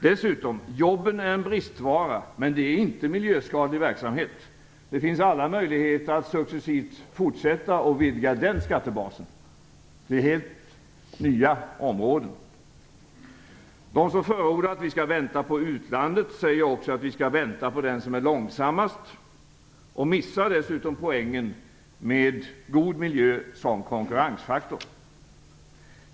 Dessutom: Jobben är en bristvara, men det gäller inte för miljöskadlig verksamhet. Det finns alla möjligheter att fortsätta att successivt vidga den skattebasen till helt nya områden. De som förordar att vi skall vänta på utlandet säger också att vi skall vänta på den som är långsammast och missar dessutom poängen med god miljö som konkurrensfaktor.